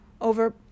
over